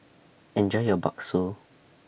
Enjoy your Bakso